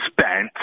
spent